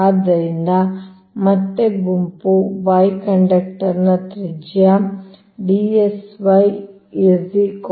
ಆದ್ದರಿಂದ ಮತ್ತೆ ಗುಂಪು y ಕಂಡಕ್ಟರ್ನ ತ್ರಿಜ್ಯ ಆಗಿರುತ್ತದೆ